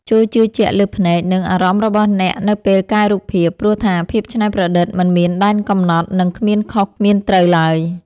ចូរជឿជាក់លើភ្នែក និងអារម្មណ៍របស់អ្នកនៅពេលកែរូបភាព ព្រោះថាភាពច្នៃប្រឌិតមិនមានដែនកំណត់ និងគ្មានខុសគ្មានត្រូវឡើយ។